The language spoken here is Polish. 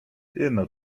jedno